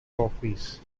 trophies